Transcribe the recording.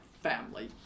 family